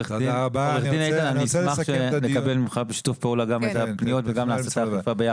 אני אשמח שנקבל ממך בשיתוף פעולה גם את הפניות וגם נעשה את האכיפה ביחד.